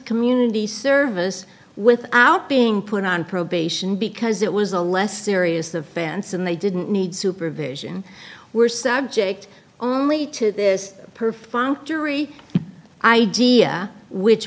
community service without being put on probation because it was a less serious offense and they didn't need supervision were subject only to this perfunctory idea which